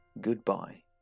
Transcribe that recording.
goodbye